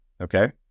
Okay